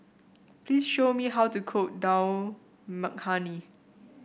please show me how to cook Dal Makhani